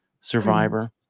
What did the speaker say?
survivor